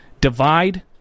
divide